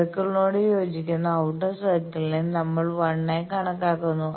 സർക്കിളിനോട് യോജിക്കുന്ന ഔട്ടർ സർക്കിൾനെ നമ്മൾ 1 ആയി കണക്കാക്കുന്നു